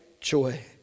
joy